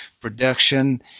production